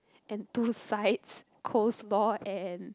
and two sides coleslaw and